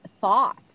thought